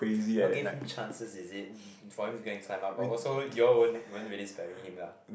you all gave him chances is it for him to go and climb up but also you all weren't weren't really stabbing him lah